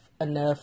enough